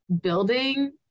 building